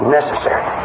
necessary